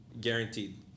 guaranteed